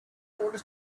order